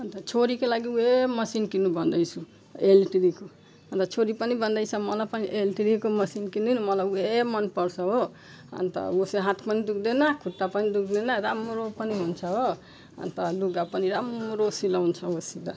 अन्त छोरीको लागि उही मेसिन किन्नु भन्दैछु इलेक्ट्रिकको अन्त छोरी पनि भन्दैछ मलाई पनि इलेक्ट्रिकको मेसिन किनिदिनु मलाई उही मन पर्छ हो अन्त उही हाथ पनि दुःख्दैन खुट्टा पनि दुःख्दैन राम्रो पनि हुन्छ हो अन्त लुगा पनि राम्रो सिलाउँछ वो सित